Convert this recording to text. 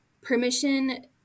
Permission